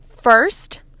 first